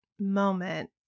moment